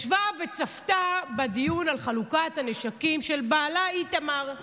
ישבה וצפתה בדיון על חלוקת הנשקים של בעלה איתמר.